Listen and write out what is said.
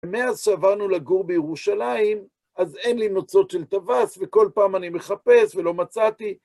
מאז שעברנו לגור בירושלים, אז אין לי נוצות של טווס, וכל פעם אני מחפש ולא מצאתי.